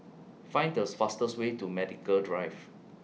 Find This fastest Way to Medical Drive